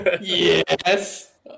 Yes